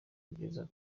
kugera